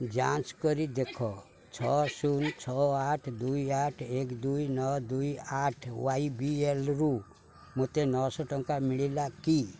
ଯାଞ୍ଚ କରି ଦେଖ ଛଅ ଶୂନ ଛଅ ଆଠ ଦୁଇ ଆଠ ଏକ ଦୁଇ ନଅ ଦୁଇ ଆଠ ୱାଇବିଏଲ୍ରୁ ମୋତେ ନଅଶହ ଟଙ୍କା ମିଳିଲା କି